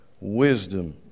wisdom